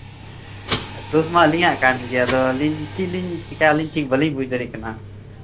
ᱫᱳᱥᱢᱟ ᱟᱹᱞᱤᱧᱟᱜ ᱠᱟᱱᱜᱮ ᱟᱫᱚ ᱟᱹᱞᱤᱧ ᱪᱮᱫᱞᱤᱧ ᱪᱮᱠᱟᱭᱟ ᱚᱱᱟ ᱵᱟᱞᱤᱧ ᱵᱩᱡ ᱫᱟᱲᱮᱭᱟᱜ ᱠᱟᱱᱟ